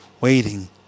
waiting